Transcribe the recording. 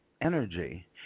energy